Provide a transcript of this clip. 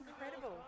incredible